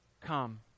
Come